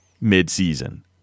mid-season